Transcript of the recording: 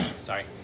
Sorry